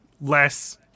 less